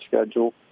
schedule